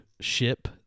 ship